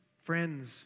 Friends